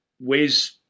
ways